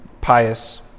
pious